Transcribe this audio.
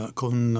con